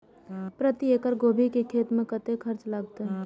प्रति एकड़ गोभी के खेत में कतेक खर्चा लगते?